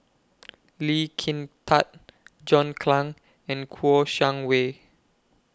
Lee Kin Tat John Clang and Kouo Shang Wei